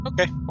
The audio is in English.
okay